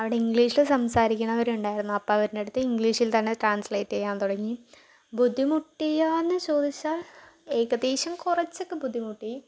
അവിടെ ഇംഗ്ലീഷില് സംസാരിക്കണവരുണ്ടായിരുന്നു അപ്പം അവരിൻ്റെ അടുത്ത് ഇംഗ്ലീഷിൽ തന്നെ ട്രാൻസ്ലേറ്റ് ചെയ്യാൻ തുടങ്ങി ബുദ്ധിമുട്ടിയോന്ന് ചോദിച്ചാൽ ഏകദേശം കുറച്ചൊക്കെ ബുദ്ധിമുട്ടി